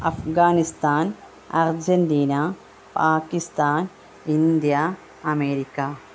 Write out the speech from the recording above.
Afghanistan Argentina Pakistan India America